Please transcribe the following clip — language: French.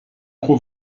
gros